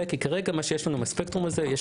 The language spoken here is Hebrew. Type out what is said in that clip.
כרגע מה שיש לנו בספקטרום הזה הוא שיש